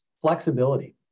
Flexibility